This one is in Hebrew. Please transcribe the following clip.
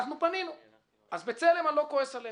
אנחנו פנינו, אז בצלם, אני לא כועס עליהם.